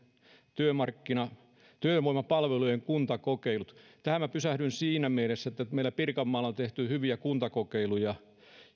työvoimapalvelujen kuntakokeilut tähän minä pysähdyn siinä mielessä että meillä pirkanmaalla on tehty hyviä kuntakokeiluja